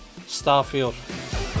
starfield